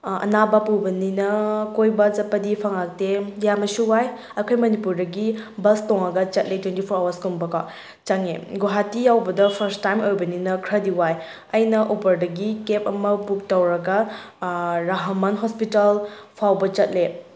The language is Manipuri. ꯑꯅꯥꯕ ꯄꯨꯕꯅꯤꯅ ꯀꯣꯏꯕ ꯆꯠꯄꯗꯤ ꯐꯪꯉꯛꯇꯦ ꯌꯥꯝꯅꯁꯨ ꯋꯥꯏ ꯑꯩꯈꯣꯏ ꯃꯅꯤꯄꯨꯔꯗꯒꯤ ꯕꯁ ꯇꯣꯡꯉꯒ ꯆꯠꯂꯤ ꯇ꯭ꯋꯦꯟꯇꯤ ꯐꯣꯔ ꯑꯋꯥꯔꯁꯀꯨꯝꯕꯀꯣ ꯆꯪꯉꯦ ꯒꯨꯋꯥꯍꯥꯇꯤ ꯌꯧꯕꯗ ꯐꯥꯔꯁ ꯇꯥꯏꯝ ꯑꯣꯏꯕꯅꯤꯅ ꯈꯔꯗꯤ ꯋꯥꯏ ꯑꯩꯅ ꯎꯕꯔꯗꯒꯤ ꯀꯦꯕ ꯑꯃ ꯕꯨꯛ ꯇꯧꯔꯒ ꯔꯍꯥꯃꯟ ꯍꯣꯁꯄꯤꯇꯥꯜ ꯐꯥꯎꯕ ꯆꯠꯂꯦ